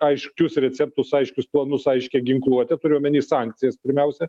aiškius receptus aiškius planus aiškią ginkluotę turiu omeny sankcijas pirmiausia